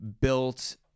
built